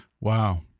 Wow